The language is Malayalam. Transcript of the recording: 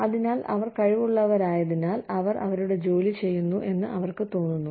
അതിനാൽ അവർ കഴിവുള്ളവരായതിനാൽ അവർ അവരുടെ ജോലി ചെയ്യുന്നു എന്ന് അവർക്ക് തോന്നുന്നു